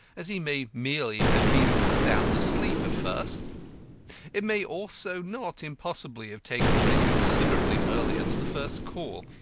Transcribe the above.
as he may merely have been sound asleep at first it may also not impossibly have taken place considerably earlier than the first call,